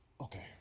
okay